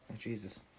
Jesus